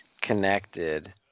connected